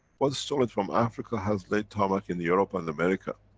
what's stolen from africa has laid tarmac in europe and america.